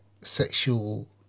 sexual